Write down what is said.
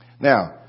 Now